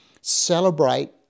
celebrate